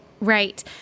Right